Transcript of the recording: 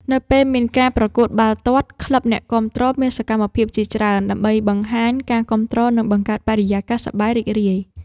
នៅពេលមានការប្រកួតបាល់ទាត់ ក្លឹបអ្នកគាំទ្រមានសកម្មភាពជាច្រើន ដើម្បីបង្ហាញការគាំទ្រនិងបង្កើតបរិយាកាសសប្បាយរីករាយ។